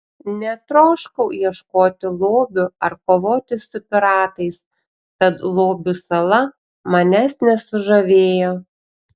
netroškau ieškoti lobių ar kovoti su piratais tad lobių sala manęs nesužavėjo